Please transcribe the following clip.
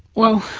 well,